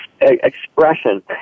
expression